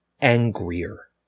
angrier